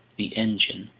the engine,